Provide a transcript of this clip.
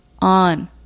On